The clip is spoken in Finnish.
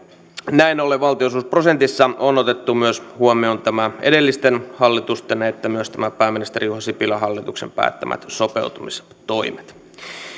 näin ollen valtionosuusprosentissa on myös otettu huomioon sekä edellisten hallitusten että myös pääministeri juha sipilän hallituksen päättämät sopeutustoimet